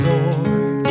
Lord